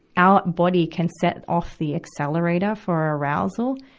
our body can set off the accelerator for arousal,